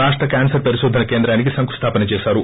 రాష్ల క్యాన్సర్ పరిశోధన కేంద్రానికి శంకుస్థాపన చేశారు